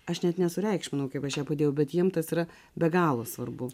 aš net nesureikšminau kaip aš ją padėjau bet jiems tas yra be galo svarbu